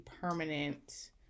permanent